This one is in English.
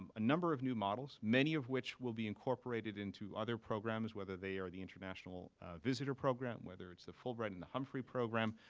um a number of new models, many of which will be incorporated into other programs, whether they are the international visitor program, whether it's the fulbright and the humphrey program.